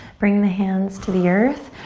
bring the hands to the earth,